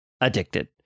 addicted